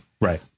right